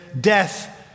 death